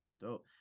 Dope